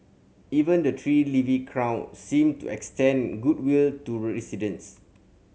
even the tree leafy crown seemed to extend goodwill to residents